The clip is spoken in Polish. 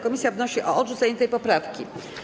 Komisja wnosi o odrzucenie tej poprawki.